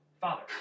Father